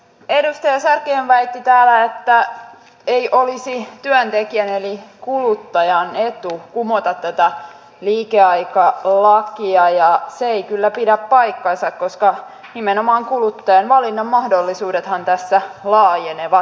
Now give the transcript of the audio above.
edustaja sarkkinen väitti täällä että ei olisi työntekijän eli kuluttajan etu kumota tätä liikeaikalakia ja se ei kyllä pidä paikkaansa koska nimenomaan kuluttajan valinnanmahdollisuudethan tässä laajenevat